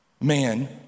man